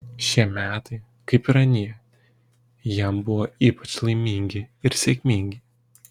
šie metai kaip ir anie jam buvo ypač laimingi ir sėkmingi